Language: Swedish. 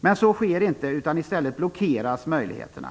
gränsen. Så sker inte, utan i stället blockeras möjligheterna.